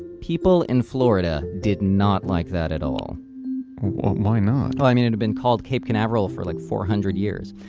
people in florida did not like that at all why not? well, i mean, it had been called cape canaveral for like four hundred years.